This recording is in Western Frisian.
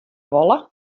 wolle